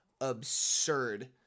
absurd